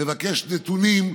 נבקש נתונים,